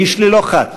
איש ללא חת,